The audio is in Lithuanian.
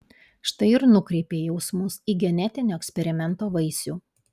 štai ir nukreipei jausmus į genetinio eksperimento vaisių